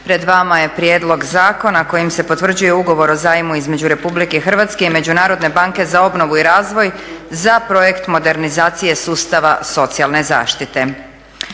Pred vama je prijedlog zakona koji se potvrđuje ugovor o zajmu između RH i Međunarodne banke za obnovu i razvoj za projekt modernizacije sustava socijalne zaštite.